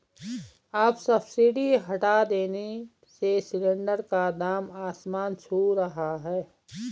अब सब्सिडी हटा देने से सिलेंडर का दाम आसमान छू रहा है